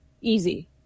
easy